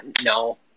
No